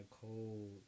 cold